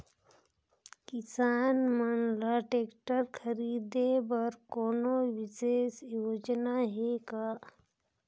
किसान मन ल ट्रैक्टर खरीदे बर कोनो विशेष योजना हे का?